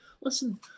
listen